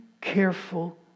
careful